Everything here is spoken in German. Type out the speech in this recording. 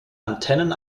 antennen